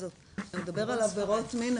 כשאתה מדבר על תיקים של עבירות מין,